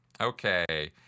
Okay